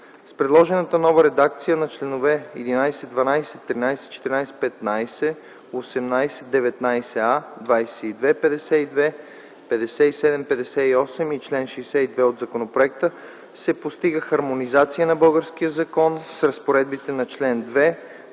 С предложената нова редакция на членове 11, 12, 13, 14, 15, 18, 19а, 22, 52, 57, 58 и чл. 62 от законопроекта, се постига хармонизация на българския закон с разпоредбите на чл. 2